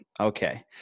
Okay